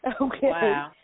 Okay